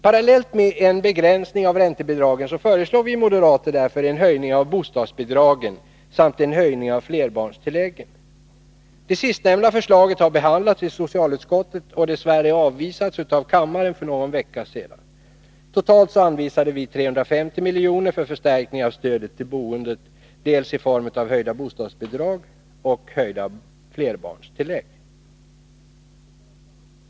Parallellt med en begränsning av räntebidragen föreslår vi moderater en höjning av bostadsbidragen samt en höjning av flerbarnstilläggen. Det sistnämnda förslaget har behandlats i socialutskottet och dess värre avvisats av kammaren för någon vecka sedan. Totalt anvisade vi 350 milj.kr. för förstärkning av stödet till boendet, dels höjda bostadsbidrag, dels höjda flerbarnstillägg.